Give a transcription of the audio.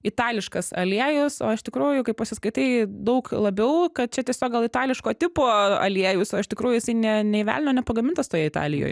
itališkas aliejus o iš tikrųjų kai pasiskaitai daug labiau kad čia tiesiog gal itališko tipo aliejus o iš tikrųjų jisai ne nei velnio nepagamintas toj italijoj